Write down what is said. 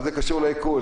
מה זה קשור לאיכון?